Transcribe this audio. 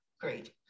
great